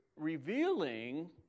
revealing